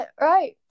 right